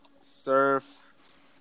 surf